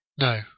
No